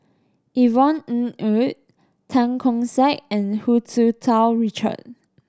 Yvonne Ng Uhde Tan Keong Saik and Hu Tsu Tau Richard